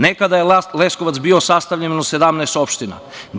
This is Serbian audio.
Nekada je Leskovac bio sastavljen od 17 opština.